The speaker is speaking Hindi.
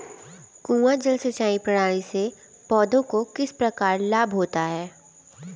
कुआँ जल सिंचाई प्रणाली से पौधों को किस प्रकार लाभ होता है?